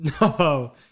No